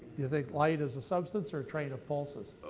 you think light is a substance or a train of pulses?